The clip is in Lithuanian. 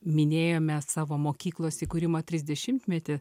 minėjome savo mokyklos įkūrimo trisdešimtmetį